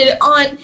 on